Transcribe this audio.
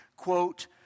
Quote